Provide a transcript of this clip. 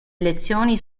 elezioni